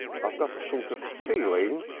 i've got a sort of feeling.